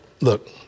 look